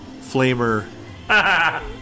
Flamer